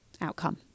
outcome